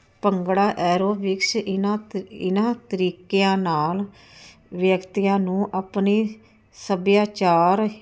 bhangra aerobics ਇਹਨਾਂ ਇਹਨਾਂ ਤਰੀਕਿਆਂ ਨਾਲ ਵਿਅਕਤੀਆਂ ਨੂੰ ਆਪਣੀ ਸੱਭਿਆਚਾਰ